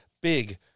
big